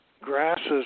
grasses